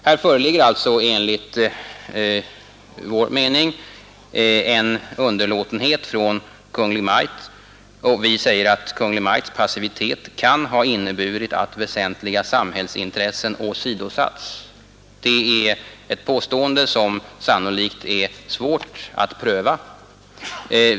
Det föreligger alltså enligt vår mening en underlåtenhet från Kungl. Maj:t, och vi säger att Kungl. Maj:ts passivitet kan ha inneburit att väsentliga samhällsintressen åsidosatts. Det är ett påstående som sannolikt är svårt att pröva.